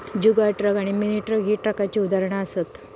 जुगाड truck आणि mini truck ही ट्रकाची उदाहरणा असत